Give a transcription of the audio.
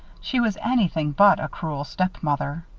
she was anything but a cruel stepmother.